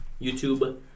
YouTube